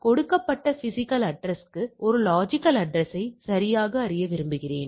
நீங்கள் ஒரு மருந்தை சோதிக்கிறீர்கள் அது வெற்றிகளைக் காட்டுகிறது அது தோல்விகளைக் காட்டுகிறது